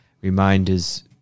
reminders